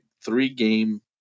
three-game